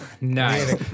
Nice